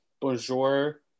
bonjour